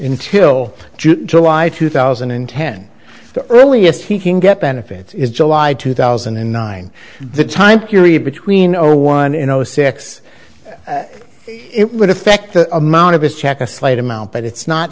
until july two thousand and ten the earliest he can get benefits is july two thousand and nine the time period between or one in zero six it would affect the amount of his check a slight amount but it's not